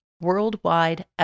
worldwide